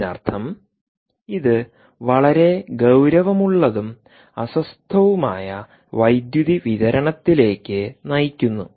ഇതിനർത്ഥം ഇത് വളരെ ഗൌരവമുള്ളതും അസ്വസ്ഥവുമായ വൈദ്യുതി വിതരണത്തിലേക്ക് നയിക്കുന്നു